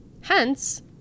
hence